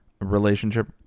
relationship